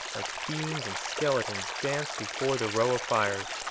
like fiends and skeletons, danced before the row of fires.